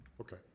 Okay